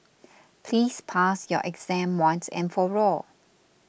please pass your exam once and for all